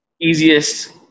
easiest